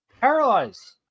Paralyzed